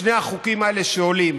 שני החוקים האלה שעולים,